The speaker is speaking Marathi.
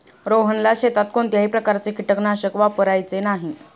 रोहनला शेतात कोणत्याही प्रकारचे कीटकनाशक वापरायचे नाही